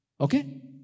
Okay